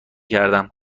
کردم